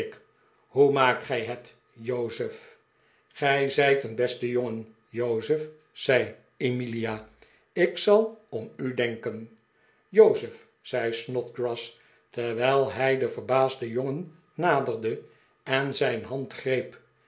hoe maakt gij het jozef gij zijt een beste jongen jozef zei emilia ik zal om u denken jozef zei snodgrass terwijl hij den verbaasden jongen naderde en zijn hand greep